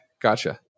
Gotcha